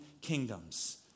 kingdoms